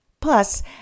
Plus